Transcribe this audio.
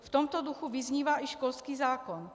V tomto duchu vyznívá i školský zákon.